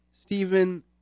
Stephen